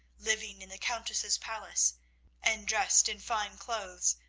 living in the countess's palace and dressed in fine clothes,